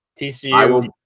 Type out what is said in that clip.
TCU